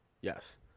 Yes